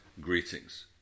greetings